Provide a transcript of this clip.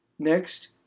Next